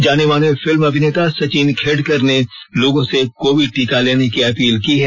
जाने माने फिल्म अभिनेता सचिन खेडकर ने लोगों से कोविड टीका लेने की अपील की है